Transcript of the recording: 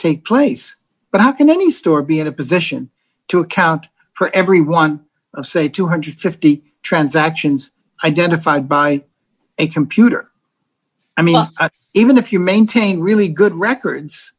take place but how can any store be in a position to account for every one of say two hundred and fifty transactions identified by a computer i mean even if you maintain really good records